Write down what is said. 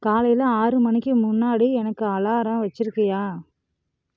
காலையில் ஆறு மணிக்கு முன்னாடி எனக்கு அலாரம் வச்சுருக்கியா